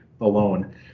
alone